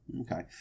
Okay